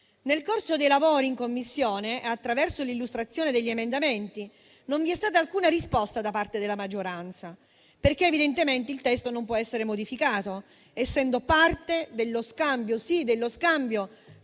Nel corso dei lavori in Commissione, attraverso l'illustrazione degli emendamenti, non vi è stata alcuna risposta da parte della maggioranza, perché evidentemente il testo non può essere modificato, essendo parte dello scambio - sì, di questo